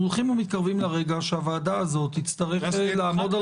ומתקרבים לרגע שהוועדה הזאת תצטרך לעמוד על